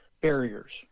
barriers